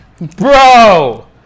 Bro